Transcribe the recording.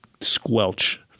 squelch